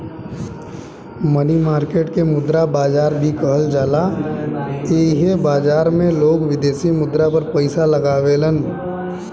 मनी market के मुद्रा बाजार भी कहल जाला एह बाजार में लोग विदेशी मुद्रा पर पैसा लगावेलन